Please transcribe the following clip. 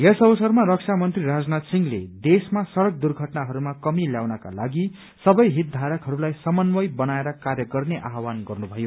यस अवसरमा रक्षामन्त्री राजनाथ सिंहले देशमा सड़क दुर्घटनाहरूमा कमी ल्याउनका लागि सबै हितधारकहरूलाई समन्वय बनाएर कार्य गर्ने आह्वान गर्नुभयो